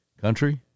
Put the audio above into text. country